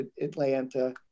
Atlanta